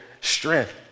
strength